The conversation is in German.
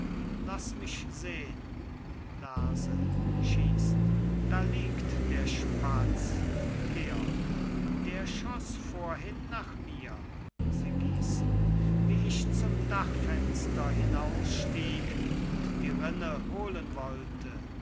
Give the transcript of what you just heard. laß mich sehn lerse schießt da liegt der spatz georg der schoß vorhin nach mir sie gießen wie ich zum dachfenster hinausstieg und die rinne holen wollte